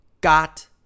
got